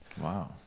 Wow